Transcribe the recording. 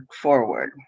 forward